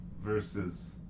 versus